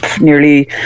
nearly